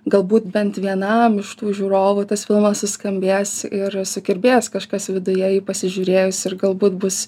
galbūt bent vienam iš tų žiūrovų tas filmas suskambės ir sukirbės kažkas viduje jį pasižiūrėjus ir galbūt bus